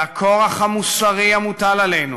והכורח המוסרי המוטל עלינו